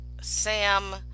sam